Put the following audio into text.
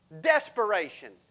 Desperation